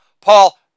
paul